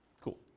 cool